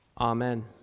amen